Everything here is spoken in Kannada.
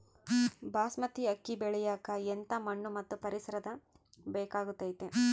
ಬಾಸ್ಮತಿ ಅಕ್ಕಿ ಬೆಳಿಯಕ ಎಂಥ ಮಣ್ಣು ಮತ್ತು ಪರಿಸರದ ಬೇಕಾಗುತೈತೆ?